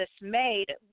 dismayed